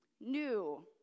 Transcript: new